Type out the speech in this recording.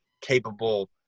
capable